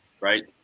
right